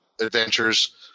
adventures